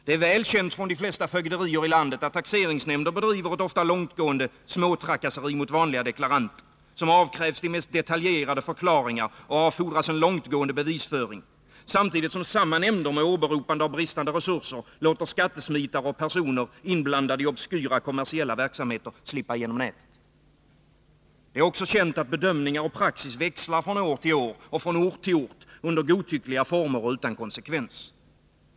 Det är väl känt från de flesta fögderier i landet att taxeringsnämnder bedriver ett ofta långtgående småtrakasseri mot vanliga deklaranter, som avkrävs de mest detaljerade förklaringar och avfordras en långtgående bevisföring, samtidigt som samma nämnder med åberopande av bristande resurser låter skattesmitare och personer inblandade i obskyra kommersiella verksamheter slippa igenom nätet. Det är också känt att bedömningar och praxis växlar från år till år och från ort till ort under godtyckliga former och utan konsekvens.